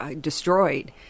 destroyed